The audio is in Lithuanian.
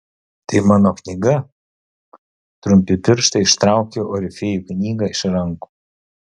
tai mano knyga trumpi pirštai ištraukė orfėjui knygą iš rankų